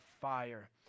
fire